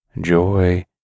joy